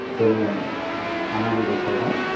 जोङो आनान गसाइनाव